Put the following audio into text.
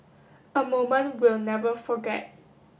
a moment we'll never forget